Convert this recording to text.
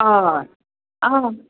हय आं